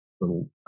little